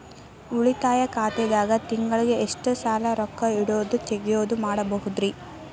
ಉಳಿತಾಯ ಖಾತೆದಾಗ ತಿಂಗಳಿಗೆ ಎಷ್ಟ ಸಲ ರೊಕ್ಕ ಇಡೋದು, ತಗ್ಯೊದು ಮಾಡಬಹುದ್ರಿ?